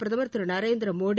பிரதமர் திரு நரேந்திர மோடி